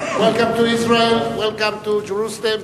Welcome to Israel, welcome to Jerusalem,